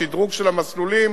השדרוג של המסלולים